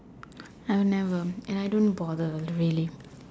I will never and I don't bother really